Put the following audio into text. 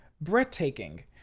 breathtaking